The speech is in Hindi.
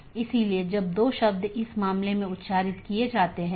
एक स्टब AS दूसरे AS के लिए एक एकल कनेक्शन है